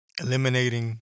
Eliminating